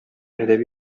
әдәби